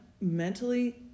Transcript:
mentally